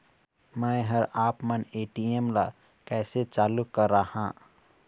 मैं हर आपमन ए.टी.एम ला कैसे चालू कराहां?